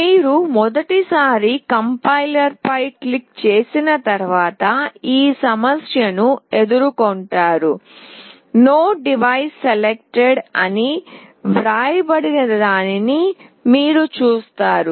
మీరు మొదటిసారి కంపైలర్ పై క్లిక్ చేసిన తర్వాత ఈ సమస్యను ఎదుర్కొంటారు నో డివైస్ సెలెక్టెడ్ అని వ్రాయబడిందని మీరు చూస్తారు